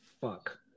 fuck